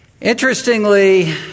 Interestingly